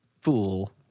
fool